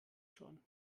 schon